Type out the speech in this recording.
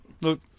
look